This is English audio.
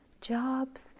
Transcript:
jobs